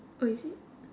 oh is it